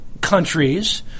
countries